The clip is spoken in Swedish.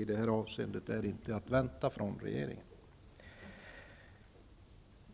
i detta avseende inte är att vänta.